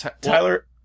Tyler